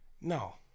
No